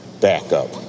backup